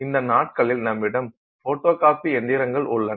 இந்த நாட்களில் நம்மிடம் ஃபட்டோகாப்பி இயந்திரங்கள் உள்ளன